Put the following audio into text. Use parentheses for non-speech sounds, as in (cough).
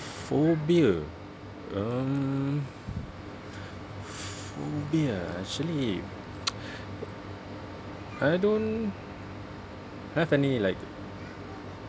phobia um phobia ah actually (noise) I don't have any like